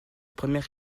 première